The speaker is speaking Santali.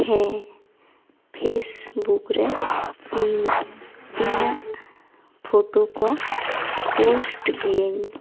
ᱦᱮ ᱯᱷᱮᱥᱵᱩᱠ ᱨᱮ ᱤᱧ ᱤᱧᱟ ᱜ ᱯᱷᱚᱴᱚ ᱠᱚ ᱯᱳᱥᱴ ᱜᱤᱭᱟᱹᱧ